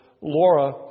Laura